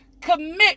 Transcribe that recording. commit